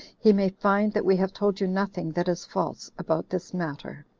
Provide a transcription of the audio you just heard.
he may find that we have told you nothing that is false about this matter.